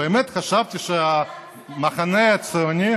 אם זה היה על המסתננים היית רואה את כולם צועדים שמאל-ימין.